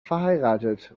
verheiratet